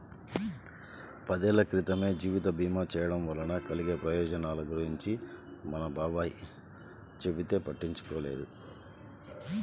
పదేళ్ళ క్రితమే జీవిత భీమా చేయడం వలన కలిగే ప్రయోజనాల గురించి మా బాబాయ్ చెబితే పట్టించుకోలేదు